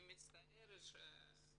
אני מצטערת שהם לא נמצאים כאן.